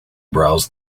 browsed